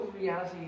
reality